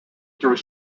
through